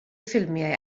ffilmiau